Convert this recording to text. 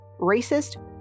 racist